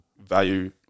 value